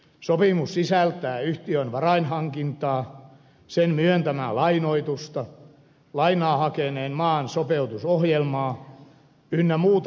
sopimus sisältää yhtiön varainhankintaa sen myöntämää lainoitusta lainaa hakeneen maan sopeutusohjelmaa ynnä muuta